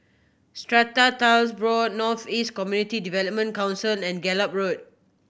Strata Titles Board North East Community Development Council and Gallop Road